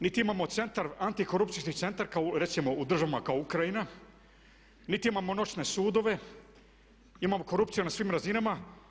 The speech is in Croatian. Niti imamo centar, antikorupcijski centar kao recimo u državama kao Ukrajina, niti imamo … sudove, imamo korupciju na svim razinama.